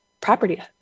property